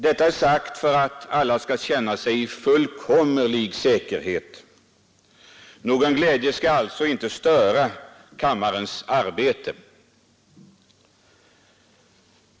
Detta är sagt för att alla skall känna sig i fullkomlig säkerhet. Någon glädje skall alltså inte störa kammarens arbete.